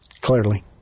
Clearly